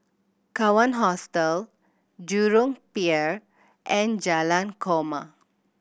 Kawan Hostel Jurong Pier and Jalan Korma